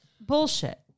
Bullshit